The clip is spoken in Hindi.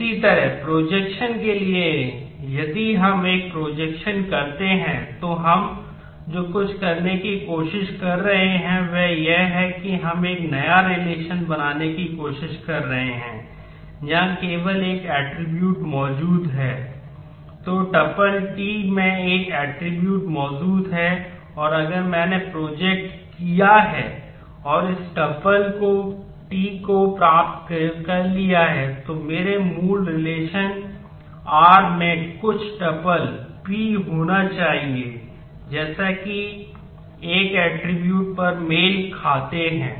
इसी तरह प्रोजेक्शन पर वे मेल खाते हैं